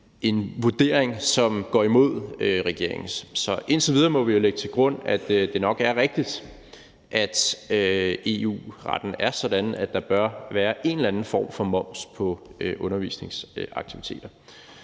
en vurdering, som går imod regeringens. Så indtil videre må vi lægge til grund, at det nok er rigtigt, at EU-retten er sådan, at der bør være en eller anden form for moms på undervisningsaktiviteter.